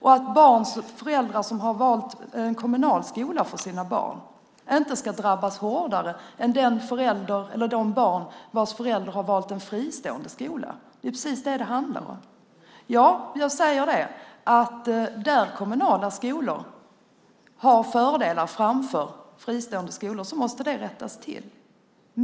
Barn vilkas föräldrar har valt en kommunal skola ska inte drabbas hårdare än barn vilkas föräldrar har valt en fristående skola. Det är precis det som det handlar om. Ja, jag säger att om kommunala skolor har fördelar framför fristående skolor måste det rättas till.